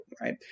right